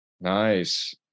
Nice